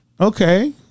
Okay